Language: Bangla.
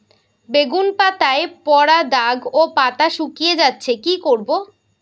বেগুন পাতায় পড়া দাগ ও পাতা শুকিয়ে যাচ্ছে কি করব?